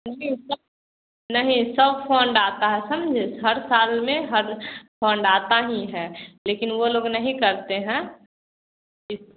नहीं सब नहीं सब फंड आता है समझे हर साल में हर फंड आता ही है लेकिन वे लोग नहीं करते हैं इस